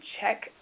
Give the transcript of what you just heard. check